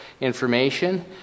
information